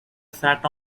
sat